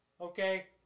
okay